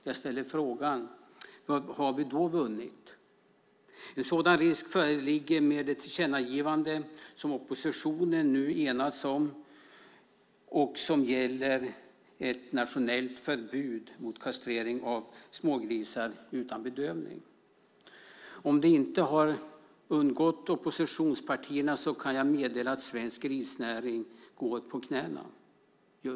Jag ställer frågan: Vad har vi då vunnit? En sådan risk föreligger med det tillkännagivande som oppositionen nu enats om och som gäller ett nationellt förbud mot kastrering av smågrisar utan bedövning. Om det skulle ha undgått oppositionspartierna kan jag meddela att svensk grisnäring går på knäna.